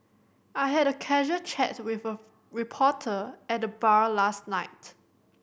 I had a casual chat with a reporter at the bar last night